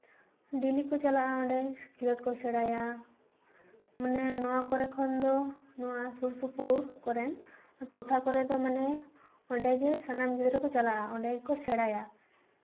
daily ᱠᱚ ᱪᱟᱞᱟᱜᱼᱟ ᱚᱸᱰᱮ ᱠᱷᱮᱞᱳᱰ ᱠᱚ ᱥᱮᱬᱟᱭᱟ ᱢᱟᱱᱮ ᱱᱚᱣᱟ ᱠᱚᱨᱮ ᱠᱷᱚᱱ ᱫᱚ ᱱᱚᱣᱟ ᱥᱩᱨ ᱥᱩᱯᱩᱨ ᱠᱚᱨᱮᱜ ᱴᱚᱴᱷᱟ ᱠᱚᱨᱮ ᱫᱚ ᱢᱟᱱᱮ ᱚᱸᱰᱮᱜᱮ ᱥᱟᱱᱟᱢ ᱜᱤᱫᱽᱨᱟᱹ ᱠᱚ ᱪᱟᱞᱟᱜᱼᱟ ᱚᱸᱰᱮ ᱜᱮᱠᱚ ᱥᱮᱬᱟᱭᱟ